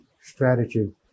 strategy